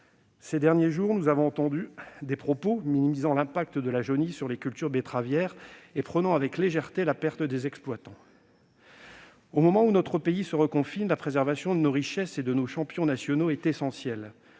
Ces derniers jours, nous avons entendu des propos qui minimisaient l'impact de la jaunisse sur les cultures betteravières et traitaient avec légèreté la perte des exploitants. Pourtant, au moment où le pays se reconfine, la préservation de nos richesses et champions nationaux est d'autant